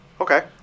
Okay